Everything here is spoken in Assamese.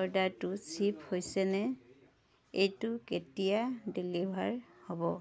অৰ্ডাৰটো শ্বিপ হৈছেনে এইটো কেতিয়া ডেলিভাৰ হ'ব